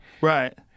Right